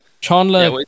Chandler